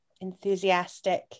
enthusiastic